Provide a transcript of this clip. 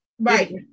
Right